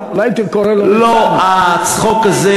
זה שיש לחבר הכנסת גפני הומור,